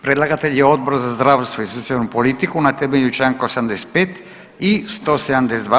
Predlagatelj je Odbor za zdravstvo i socijalnu politiku na temelju čl. 85. i 172.